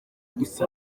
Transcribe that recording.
gusa